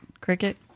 cricket